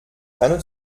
tanne